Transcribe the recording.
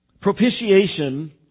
Propitiation